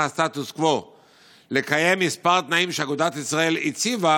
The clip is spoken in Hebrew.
הסטטוס קוו לקיים כמה תנאים שאגודת ישראל הציבה